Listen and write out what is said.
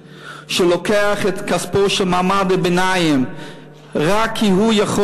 שלוקח את כספו של מעמד הביניים רק כי הוא יכול".